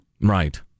Right